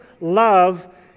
love